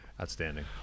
Outstanding